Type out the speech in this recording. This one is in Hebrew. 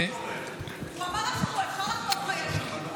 הוא אמר שאפשר לחטוף חיילים.